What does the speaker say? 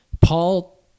Paul